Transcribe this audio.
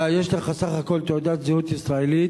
יש לך בסך הכול תעודת זהות ישראלית,